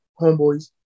homeboys